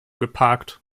geparkt